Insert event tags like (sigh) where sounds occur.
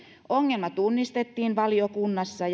ongelma tunnistettiin valiokunnassa (unintelligible)